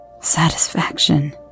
satisfaction